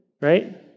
right